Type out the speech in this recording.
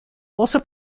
also